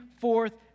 forth